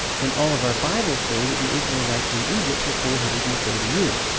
then all of our bibles say that the israelites were in egypt for four hundred and thirty years,